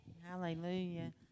Hallelujah